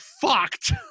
fucked